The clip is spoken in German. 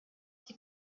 die